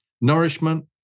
nourishment